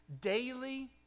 Daily